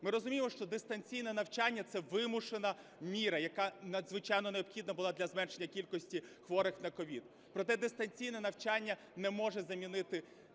Ми розуміємо, що дистанційне навчання – це вимушена міра, яка надзвичайно необхідна була для зменшення кількості хворих на COVID. Проте дистанційне навчання не може замінити очне навчання.